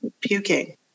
puking